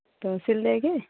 तो सिल देंगे